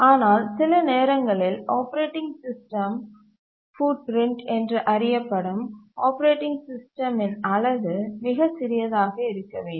ஆனால் சில நேரங்களில் ஆப்பரேட்டிங் சிஸ்டம் பூட்பிரிண்ட் என்று அறியப்படும் ஆப்பரேட்டிங் சிஸ்டமின் அளவு மிகச் சிறியதாக இருக்க வேண்டும்